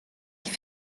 que